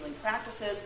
practices